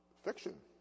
fiction